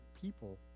people